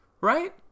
right